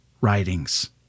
writings